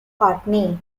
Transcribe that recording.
courtney